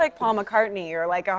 like paul mccartney or, like, um